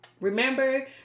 remember